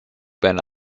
been